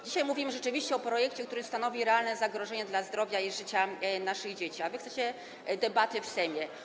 Dzisiaj mówimy o projekcie, który stanowi realne zagrożenie zdrowia i życia naszych dzieci, a wy chcecie debaty w Sejmie.